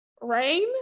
Rain